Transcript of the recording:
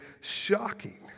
shocking